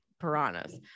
piranhas